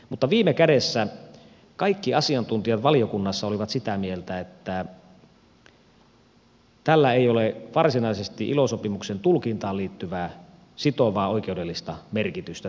mutta viime kädessä kaikki asiantuntijat valiokunnassa olivat sitä mieltä että tällä hallituksen ja saamelaiskäräjien laatimalla selitysosalla ei ole varsinaisesti ilo sopimuksen tulkintaan liittyvää sitovaa oikeudellista merkitystä